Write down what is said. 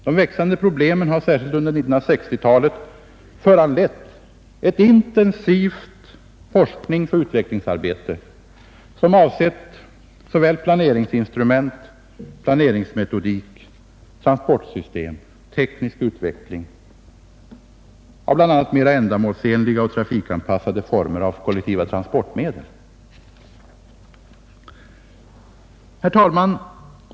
De växande problemen har särskilt under 1960-talet föranlett ett intensivt forskningsoch utvecklingsarbete som avsett såväl planeringsinstrument och planeringsmetodik som transportsystem, teknisk utveckling av bl.a. mera ändamålsenliga och trafikantanpassade former av kollektiva trafikmedel. Herr talman!